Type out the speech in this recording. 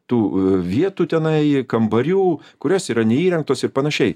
tų vietų tenai kambarių kurios yra neįrengtos ir panašiai